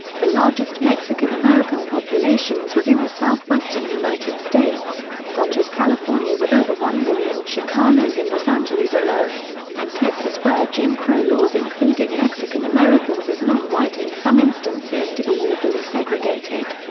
the largest mexican-american populations was in the southwestern united states, such as california with over one million chicanos in los angeles alone, and texas where jim crow laws included mexican-americans as non-white in some instances to be legally segregated.